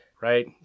right